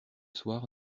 soir